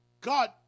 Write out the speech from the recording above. God